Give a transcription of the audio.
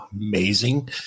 amazing